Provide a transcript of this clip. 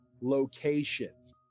locations